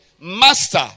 Master